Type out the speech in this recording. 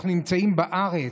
אנחנו נמצאים בארץ,